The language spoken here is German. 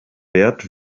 wert